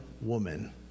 woman